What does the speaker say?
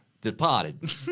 Departed